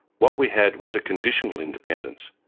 what we had was a conditional independence.